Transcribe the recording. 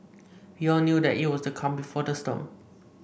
we all knew that it was the calm before the storm